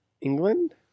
England